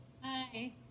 Hi